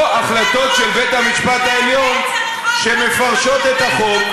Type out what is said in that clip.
או החלטות של בית-המשפט העליון שמפרשות את החוק.